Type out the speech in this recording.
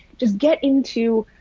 just get into